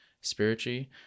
spiritually